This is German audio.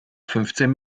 fünfzehn